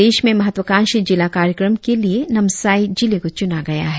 प्रदेश में महात्वाकांक्षी जिला कार्यक्रम के लिए नामसाई जिले को चुना गया है